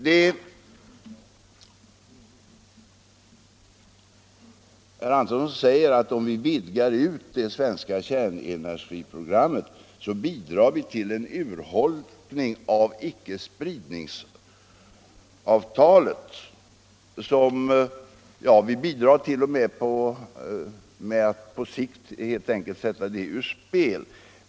Herr Antonsson säger att om vi vidgar det svenska kärnenergiprogrammet så bidrar vi till en urholkning av ickespridningsavtalet — vi bidrar t.o.m. till att på sikt sätta det ur spel.